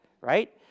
right